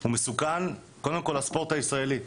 - הוא מסוכן, קודם כל לספורט הישראלי.